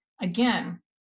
again